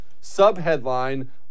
sub-headline